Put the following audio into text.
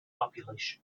population